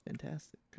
fantastic